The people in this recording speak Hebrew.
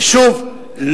ושוב,